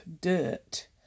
dirt